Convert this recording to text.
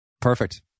Perfect